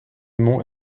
mont